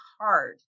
hard